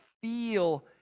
feel